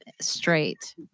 straight